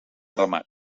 ramat